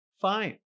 Fine